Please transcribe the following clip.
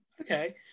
Okay